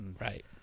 right